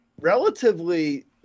relatively